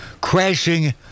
crashing